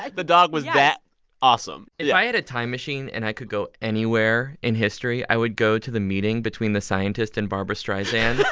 like the dog was that awesome if yeah i had a time machine and i could go anywhere in history, i would go to the meeting between the scientist and barbra streisand